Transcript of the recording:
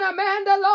Amanda